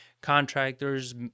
contractors